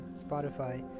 Spotify